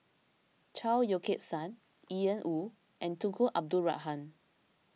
Chao Yoke San Ian Woo and Tunku Abdul Rahman